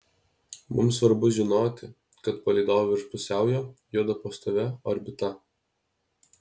mums svarbu žinoti kad palydovai virš pusiaujo juda pastovia orbita